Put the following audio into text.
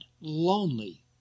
lonely